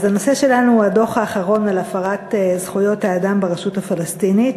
אז הנושא שלנו הוא הדוח האחרון על הפרת זכויות האדם ברשות הפלסטינית,